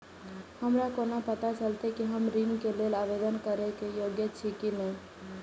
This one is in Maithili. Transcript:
हमरा कोना पताा चलते कि हम ऋण के लेल आवेदन करे के योग्य छी की ने?